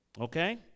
Okay